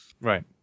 Right